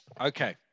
Okay